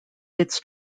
its